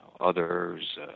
others